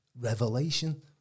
revelation